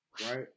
right